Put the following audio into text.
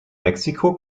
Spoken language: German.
mexiko